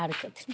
आर कथि